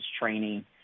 training